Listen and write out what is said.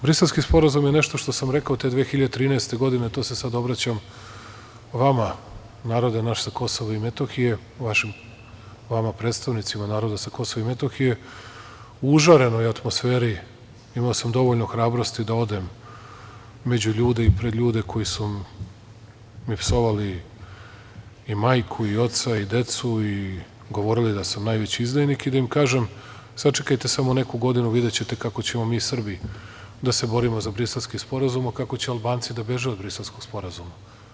Briselski sporazum je, nešto što sam rekao te 2013. godine, to se sad obraćam vama narode naš sa Kosova i Metohije, vama predstavnicima naroda sa Kosova i Metohije, u užarenoj atmosferi, imao sam dovoljno hrabrosti da odem među ljude i pred ljude koji su mi psovali, i majku i oca, i decu i govorili da sam najveći izdajnik i da im kažem – sačekajte samo neku godinu, videćete kako ćemo mi Srbi da se borimo za Briselski sporazum, a kako će Albanci da beže od Briselskog sporazuma.